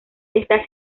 está